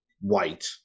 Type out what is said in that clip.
white